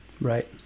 Right